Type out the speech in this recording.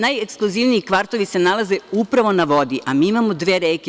Najekskluzivniji kvartovi se nalaze upravo na vodi, a mi imamo dve reke.